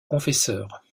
confesseur